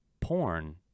porn